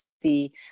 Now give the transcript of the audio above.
see